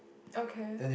okay